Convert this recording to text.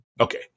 Okay